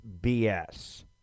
BS